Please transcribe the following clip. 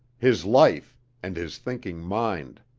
his life and his thinking mind.